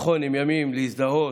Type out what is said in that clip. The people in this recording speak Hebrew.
נכון, הם ימים להזדהות,